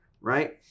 right